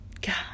God